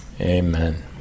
amen